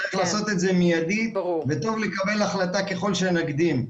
צריך לעשות את זה מיידית וטוב לקבל החלטה ככל שנקדים.